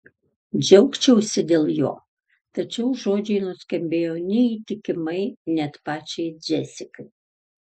džiaugčiausi dėl jo tačiau žodžiai nuskambėjo neįtikimai net pačiai džesikai